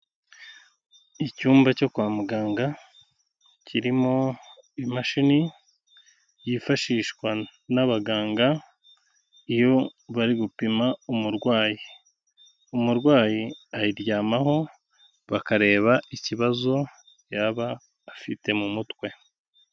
Icyumba cyo kwa muganga kirimo imashini yifashishwa n'abaganga iyo bari gupima umurwayi, umurwayi ayiryamaho bakareba ikibazo yaba afite mu mutwe.